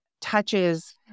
touches